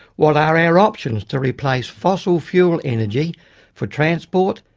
what are our options to replace fossil fuel energy for transport,